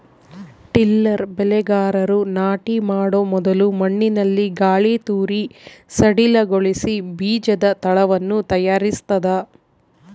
tiller ಬೆಳೆಗಾರರು ನಾಟಿ ಮಾಡೊ ಮೊದಲು ಮಣ್ಣಿನಲ್ಲಿ ಗಾಳಿತೂರಿ ಸಡಿಲಗೊಳಿಸಿ ಬೀಜದ ತಳವನ್ನು ತಯಾರಿಸ್ತದ